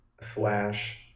slash